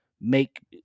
make